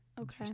okay